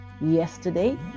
Yesterday